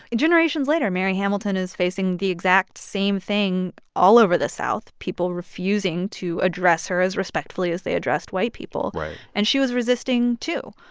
and generations later, mary hamilton is facing the exact same thing all over the south people refusing to address her as respectfully as they addressed white people right and she was resisting too.